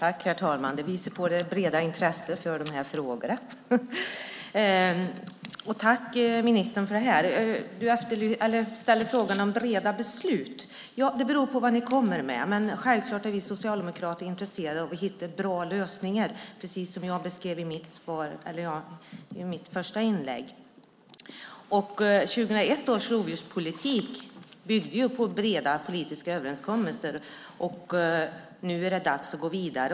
Herr talman! Det märks att det finns ett brett intresse bland ledamöterna för den här frågan. Tack, ministern, för de här upplysningarna! Du ställde frågan om breda beslut. Det beror på vad ni kommer med. Självklart är vi socialdemokrater intresserade av att hitta bra lösningar, precis som jag beskrev i mitt första inlägg. 2001 års rovdjurspolitik byggde ju på breda politiska överenskommelser. Nu är det dags att gå vidare.